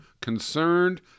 Concerned